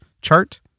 chart